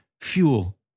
fuel